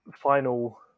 final